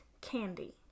candy